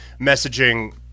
messaging